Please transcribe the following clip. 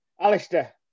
Alistair